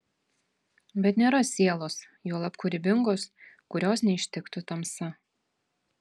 bet nėra sielos juolab kūrybingos kurios neištiktų tamsa